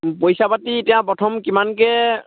পইচা পাতি এতিয়া প্ৰথম কিমানকৈ